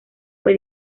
fue